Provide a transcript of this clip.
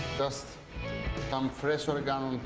just some fresh oregano